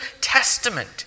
Testament